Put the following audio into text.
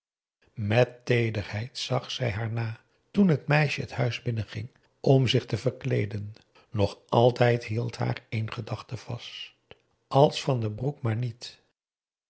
met teederheid zag zij haar na toen t meisje het huis binnen ging om zich te verkleeden nog altijd hield haar één gedachte vast als van den broek maar niet